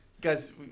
Guys